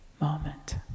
moment